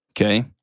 Okay